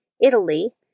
Italy